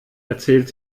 erzählt